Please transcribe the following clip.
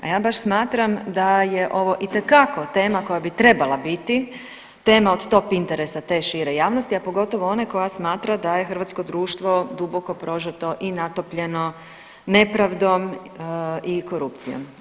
ja baš smatram da je ovo itekako tema koja bi treba biti tema od top interesa te šire javnosti, a pogotovo one koja smatra da je hrvatsko društvo duboko prožeto i natopljeno nepravdom i korupcijom.